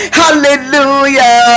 hallelujah